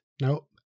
Nope